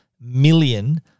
million